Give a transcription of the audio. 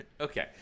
okay